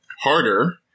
harder